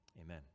Amen